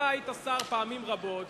היית שר פעמים רבות,